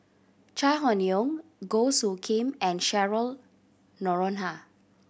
Chai Hon Yoong Goh Soo Khim and Cheryl Noronha